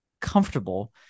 comfortable